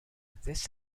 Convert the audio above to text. this